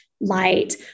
light